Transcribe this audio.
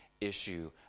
issue